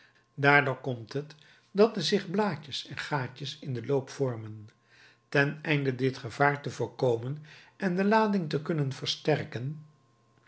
daardoor komt het dat er zich blaadjes en gaatjes in den loop vormen ten einde dit gevaar te voorkomen en de lading te kunnen versterken